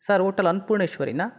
sir hotel ಅನ್ನಪೂರ್ಣೇಶ್ವರಿನಾ